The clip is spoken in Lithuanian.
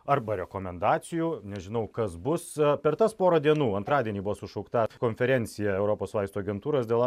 arba rekomendacijų nežinau kas bus per tas porą dienų antradienį buvo sušaukta konferencija europos vaistų agentūros dėl